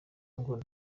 ngo